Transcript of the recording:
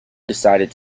decided